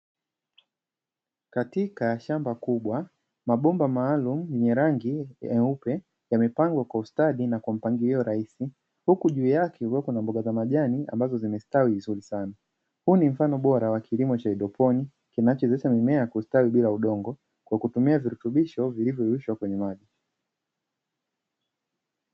Katika shamba kubwa mabomba maalumu yenye rangi nyeupe yamepangwa kwa ustadi na kumpangilia raisi huku juu yake imewekwe na mboga za majani ambazo zimestawi vizuri sana huu ni mfano bora wa kilimo cha hydroponi kinachowezesha mimea kustawi bila udongo kwa kutumia virutubisho vilivyoyeyushwa kwenye maji.